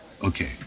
Okay